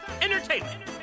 entertainment